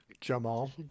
Jamal